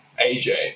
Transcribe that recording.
AJ